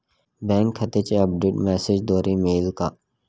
Bank खात्याचे update मेसेजद्वारे मिळेल का?